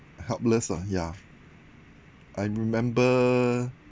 helpless ah ya I remember